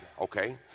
okay